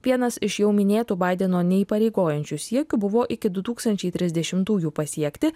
vienas iš jau minėtų baideno neįpareigojančių siekių buvo iki du tūkstančiai trisdešimtųjų pasiekti